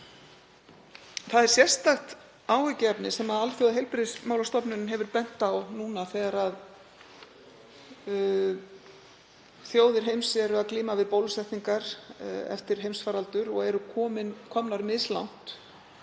Það er sérstakt áhyggjuefni sem Alþjóðaheilbrigðismálastofnunin hefur bent á, núna þegar þjóðir heims eru að glíma við bólusetningar eftir heimsfaraldur og eru komnar mislangt,